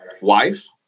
wife